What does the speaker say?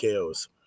KOs